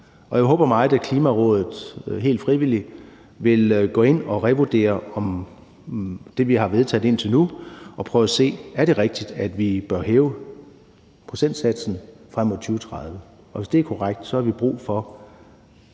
Og jeg håber meget, at Klimarådet helt frivilligt vil gå ind og revurdere det, vi har vedtaget indtil nu, og prøve at se, om det er rigtigt, at vi bør hæve procentsatsen frem mod 2030. Og hvis det er tilfældet, har vi brug for